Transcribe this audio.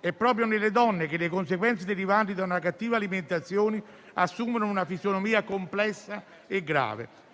È proprio nelle donne che le conseguenze derivanti da una cattiva alimentazione assumono una fisionomia complessa e grave,